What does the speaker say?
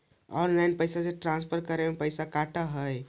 Online पैसा transfer करे में पैसा कटा है?